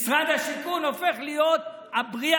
משרד השיכון הופך להיות הבריח,